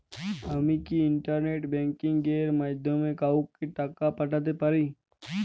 আমি কি internet banking এর মাধ্যমে কাওকে টাকা পাঠাতে পারি?